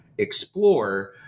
explore